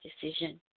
decision